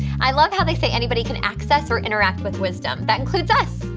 i love how they say anybody can access or interact with wisdom. that includes us.